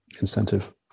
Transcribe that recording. incentive